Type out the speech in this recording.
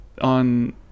on